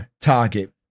target